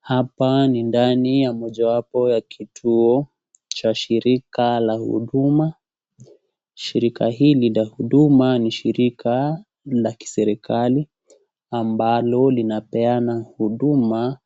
Hapa ni ndani ya mojawapo ya kituo cha shirika la huduma, shirika hili la huduma ni shirika la kiserikali ambalo linapeana huduma